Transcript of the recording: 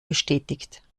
bestätigt